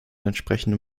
entsprechende